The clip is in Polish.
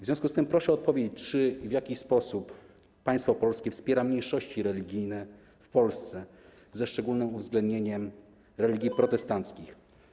W związku z tym proszę odpowiedzieć, czy i w jaki sposób państwo polskie wspiera mniejszości religijne w Polsce, ze szczególnym uwzględnieniem religii, wyznań protestanckich.